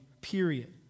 Period